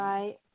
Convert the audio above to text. Right